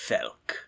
Felk